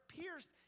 pierced